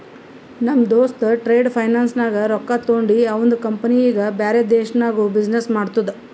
ನಮ್ ದೋಸ್ತ trade finance ನಾಗ್ ರೊಕ್ಕಾ ತೊಂಡಿ ಅವಂದ ಕಂಪನಿ ಈಗ ಬ್ಯಾರೆ ದೇಶನಾಗ್ನು ಬಿಸಿನ್ನೆಸ್ ಮಾಡ್ತುದ